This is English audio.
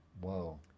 Whoa